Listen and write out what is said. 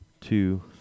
two